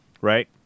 right